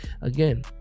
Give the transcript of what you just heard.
again